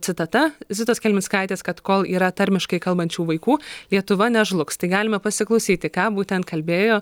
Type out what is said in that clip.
citata zitos kelmickaitės kad kol yra tarmiškai kalbančių vaikų lietuva nežlugs tai galime pasiklausyti ką būtent kalbėjo